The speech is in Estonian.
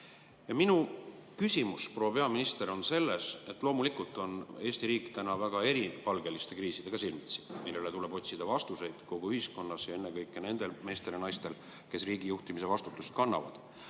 Ja minu küsimus, proua peaminister. Loomulikult on Eesti riik silmitsi väga eripalgeliste kriisidega, millele tuleb otsida vastuseid kogu ühiskonnast ennekõike nendel meestel ja naistel, kes riigi juhtimise vastutust kannavad.